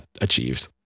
achieved